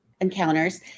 encounters